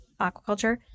Aquaculture